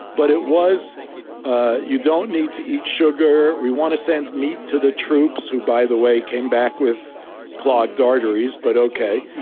but it was ah you don't need to eat sugar. we want to send meat to the troops who, by the way, came back with clogged arteries. but ok,